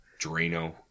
Drano